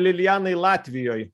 lilijanai latvijoj